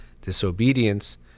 disobedience